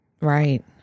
Right